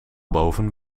boven